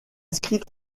inscrit